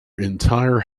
entire